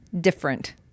different